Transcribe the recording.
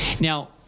Now